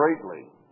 greatly